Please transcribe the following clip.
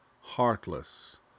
heartless